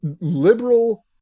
liberal